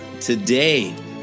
Today